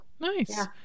nice